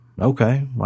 Okay